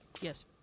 yes